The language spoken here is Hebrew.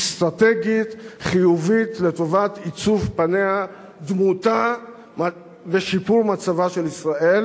אסטרטגית חיובית לטובת עיצוב פניה ודמותה ושיפור מצבה של ישראל,